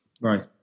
Right